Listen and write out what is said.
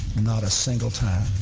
not a single time,